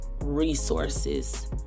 resources